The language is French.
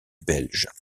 belge